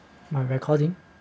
my recording